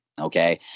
okay